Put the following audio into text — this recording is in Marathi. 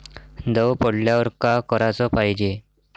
दव पडल्यावर का कराच पायजे?